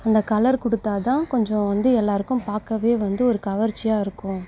அந்த கலர் கொடுத்தா தான் கொஞ்சம் வந்து எல்லாருக்கும் பார்க்கவே வந்து ஒரு கவர்ச்சியாக இருக்கும்